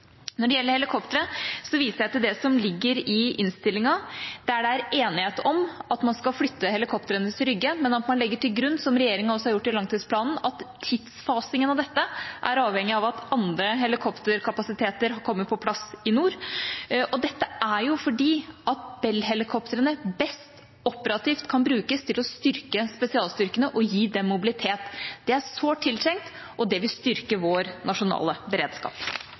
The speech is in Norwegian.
Når det gjelder helikoptre, viser jeg til det som ligger i innstillinga, der det er enighet om at man skal flytte helikoptrene til Rygge, men at man legger til grunn, som regjeringa også har gjort i langtidsplanen, at tidsfasingen av dette er avhengig av at andre helikopterkapasiteter kommer på plass i nord. Dette fordi Bell-helikoptrene best operativt kan brukes til å styrke spesialstyrkene og gi dem mobilitet. Det er sårt tiltrengt, og det vil styrke vår nasjonale beredskap.